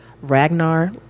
Ragnar